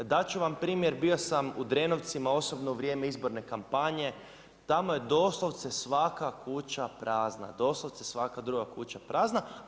Dat ću vam primjer, bio sam u Drenovcima osobno u vrijem izborne kampanje, tamo je doslovce svaka kuća prazna, doslovce svaka druga kuća prazna.